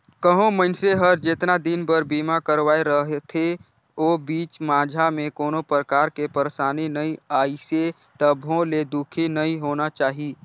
कहो मइनसे हर जेतना दिन बर बीमा करवाये रथे ओ बीच माझा मे कोनो परकार के परसानी नइ आइसे तभो ले दुखी नइ होना चाही